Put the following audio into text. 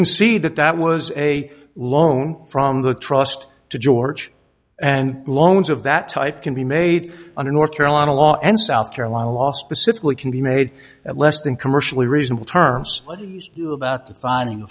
can see that that was a loan from the trust to george and loans of that type can be made under north carolina law and south carolina law specifically can be made at less than commercially reasonable terms about the finding